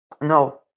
no